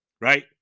right